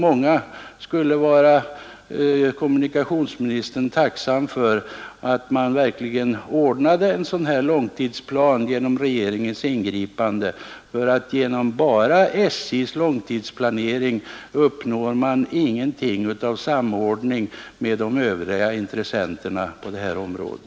Många skulle vara kommunikationsministern tacksamma om en sådan långtidsplan utarbetades genom regeringens ingripande, eftersom man inte enbart genom SJ:s långtidsplanering uppnår någon samordning med de övriga intressenterna på detta område.